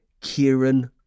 Kieran